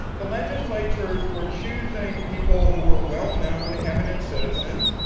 the legislatures were choosing people who were well-known, eminent citizens.